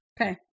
Okay